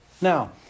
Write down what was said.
Now